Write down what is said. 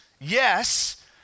Yes